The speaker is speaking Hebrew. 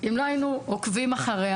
אם לא היינו עוקבים אחריה,